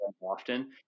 often